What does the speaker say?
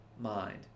mind